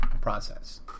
process